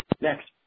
next